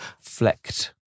flecked